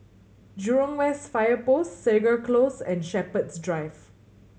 Jurong West Fire Post Segar Close and Shepherds Drive